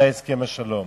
וזה הסכם השלום,